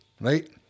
right